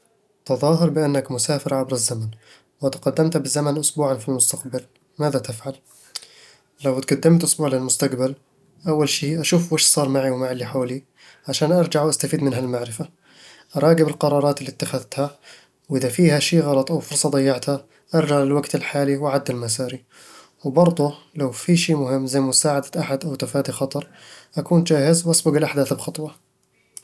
تظاهر بأنك مسافر عبر الزمن، وتقدَّمت بالزمن أسبوعًا في المستقبل. ماذا تفعل؟ لو تقدمت أسبوع للمستقبل، أول شيء أشوف وش صار معي ومع اللي حولي، عشان أرجع وأستفيد من هالمعرفة أراقب القرارات اللي اتخذتها، وإذا فيها شي غلط أو فرصة ضيعتها، أرجع للوقت الحالي وأعدل مساري وبرضه، لو في شي مهم زي مساعدة أحد أو تفادي خطر، أكون جاهز وأسبق الأحداث بخطوة